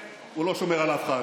הוא לא שומר על אף אחד,